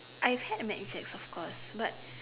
I've had mad Jack's of course but